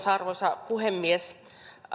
arvoisa puhemies